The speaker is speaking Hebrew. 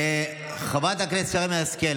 חברת הכנסת שרן השכל,